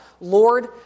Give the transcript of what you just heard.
Lord